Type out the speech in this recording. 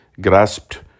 grasped